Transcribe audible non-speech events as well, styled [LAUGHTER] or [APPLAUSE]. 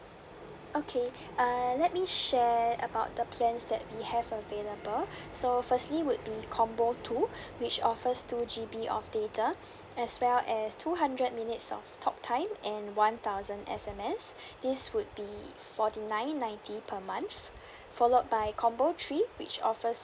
okay [BREATH] uh let me share about the plans that we have available [BREATH] so firstly would be combo two [BREATH] which offers two G_B of data as well as two hundred minutes of talktime and one thousand S_M_S [BREATH] this would be forty nine ninety per month [BREATH] followed by combo three which offers